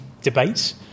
debates